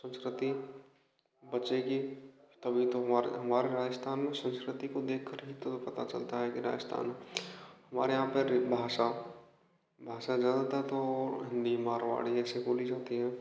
संस्कृति बचेगी तभी तो हमारे हमारे राजस्थान मे संस्कृति को देख कर ही तो पता चलता है कि राजस्थान हमारे यहाँ पर भाषा भाषा ज़्यादातर तो हिंदी मारवाड़ी ऐसी बोली जाती है